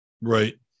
right